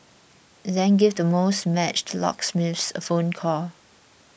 then give the most matched locksmiths a phone call